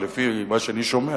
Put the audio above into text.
לפי מה שאני שומע,